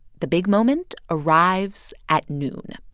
the big moment arrives at noon,